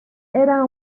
era